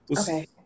Okay